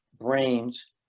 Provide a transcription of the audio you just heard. brains